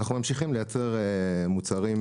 ואנחנו ממשיכים לייצר מוצרים.